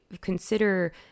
consider